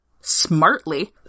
smartly